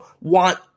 want